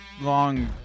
long